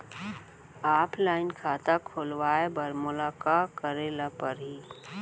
Offline खाता खोलवाय बर मोला का करे ल परही?